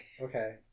Okay